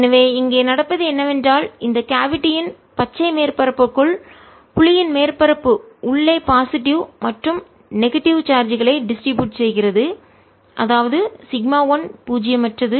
எனவே இங்கே நடப்பது என்னவென்றால் இந்த கேவிட்டியின் குழியின் பச்சை மேற்பரப்புக்குள் குழியின் மேற்பரப்பு உள்ளே பாசிட்டிவ் நேர்மறை மற்றும் நெகட்டிவ் எதிர்மறை சார்ஜ்களை டிஸ்ட்ரிபியூட் செய்கிறது விநியோகிக்கிறது அதாவது σ 1 பூஜ்ஜியமற்றது